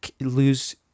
lose